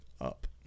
Up